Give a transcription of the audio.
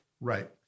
Right